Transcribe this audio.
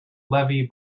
levee